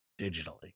digitally